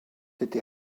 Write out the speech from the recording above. été